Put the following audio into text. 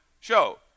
show